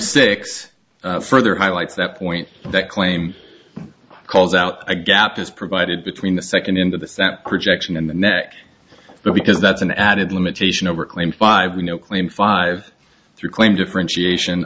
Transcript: six further highlights that point that claimed calls out a gap is provided between the second into this that projection and the next but because that's an added limitation overclaim five we know claim five through claim differentiation